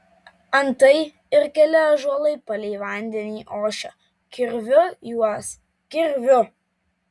antai ir keli ąžuolai palei vandenį ošia kirviu juos kirviu